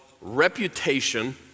reputation